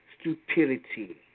Stupidity